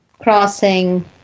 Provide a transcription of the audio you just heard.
crossing